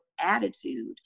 attitude